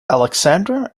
alexandra